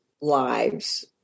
lives